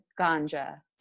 ganja